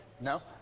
No